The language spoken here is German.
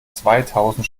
zweitausend